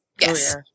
Yes